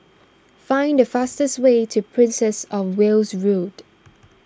find the fastest way to Princess of Wales Road